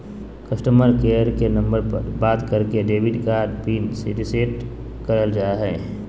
customer care के number पर बात करके डेबिट कार्ड पिन रीसेट करल जा हय